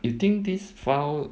you think this file